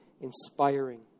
inspiring